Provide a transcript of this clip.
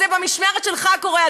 אז במשמרת שלך זה קורה,